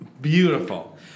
Beautiful